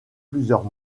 plusieurs